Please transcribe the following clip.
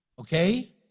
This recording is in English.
okay